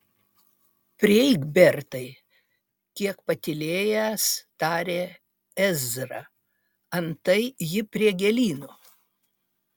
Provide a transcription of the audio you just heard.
prieik bertai kiek patylėjęs tarė ezra antai ji prie gėlyno